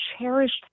cherished